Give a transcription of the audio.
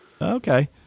Okay